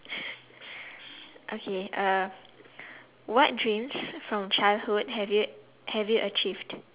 okay uh what dreams from childhood have you have you achieved